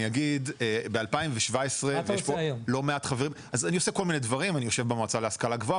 אני עושה כל מיני דברים; אני יושב במועצה להשכלה גבוהה,